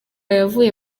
yavuye